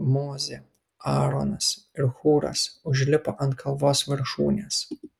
mozė aaronas ir hūras užlipo ant kalvos viršūnės